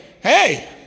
hey